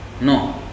No